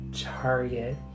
Target